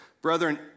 Brethren